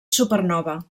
supernova